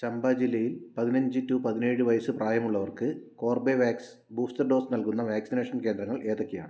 ചമ്പ ജില്ലയിൽ പതിനഞ്ച് ടു പതിനേഴ് വയസ്സ് പ്രായമുള്ളവർക്ക് കോർബെവാക്സ് ബൂസ്റ്റർ ഡോസ് നൽകുന്ന വാക്സിനേഷൻ കേന്ദ്രങ്ങൾ ഏതൊക്കെയാണ്